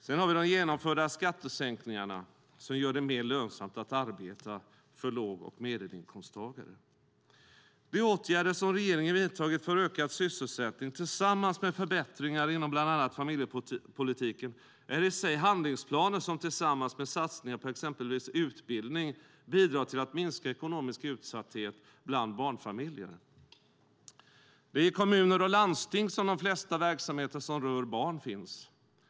Vi har också de genomförda skattesänkningarna som gör det mer lönsamt att arbeta för låg och medelinkomsttagare. De åtgärder som regeringen har vidtagit för ökad sysselsättning tillsammans med förbättringar inom bland annat familjepolitiken är i sig handlingsplaner som i kombination med satsningar på exempelvis utbildning bidrar till att minska ekonomisk utsatthet bland barnfamiljer. Det är i kommuner och landsting som de flesta verksamheter som rör barn finns.